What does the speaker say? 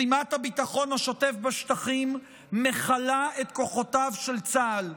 כבר היום משימת הביטחון השוטף בשטחים מכלה את כוחותיו של צה"ל.